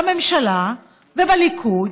בממשלה ובליכוד,